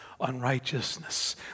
unrighteousness